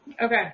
Okay